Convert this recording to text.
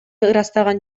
ырастаган